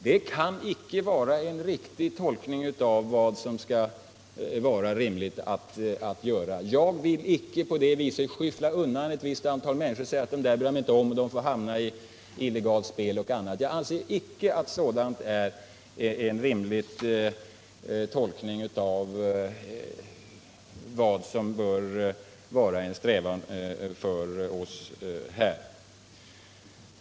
Det kan inte vara en riktig tolkning av vad som kan vara rimligt. Jag vill inte på det viset skjuta undan ett antal människor och säga: De där bryr jag mig inte om. De får hamna i illegalt spel och annat. Jag anser icke att det är en rimlig tolkning av vad som bör vara en strävan för oss.